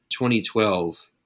2012